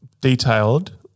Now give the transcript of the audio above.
detailed